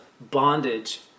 bondage